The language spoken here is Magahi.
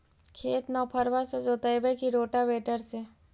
खेत नौफरबा से जोतइबै की रोटावेटर से?